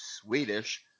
Swedish